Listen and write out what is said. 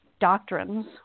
doctrines